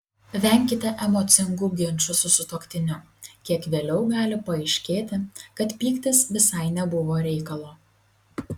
venkite emocingų ginčų su sutuoktiniu kiek vėliau gali paaiškėti kad pyktis visai nebuvo reikalo